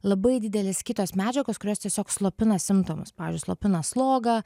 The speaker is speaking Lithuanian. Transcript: labai didelės kitos medžiagos kurios tiesiog slopina simptomus pavyzdžiui slopina slogą